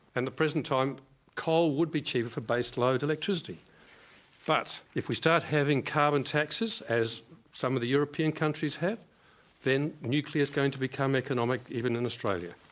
and the present time coal would be cheaper for base-load electricity but if we start having carbon taxes as some of the european countries have then nuclear is going to become economic even in australia.